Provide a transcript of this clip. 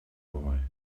boy